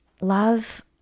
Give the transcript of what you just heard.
love